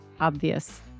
obvious